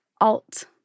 alt